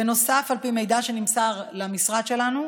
בנוסף, על פי מידע שנמסר למשרד שלנו,